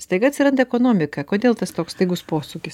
staiga atsiranda ekonomika kodėl tas toks staigus posūkis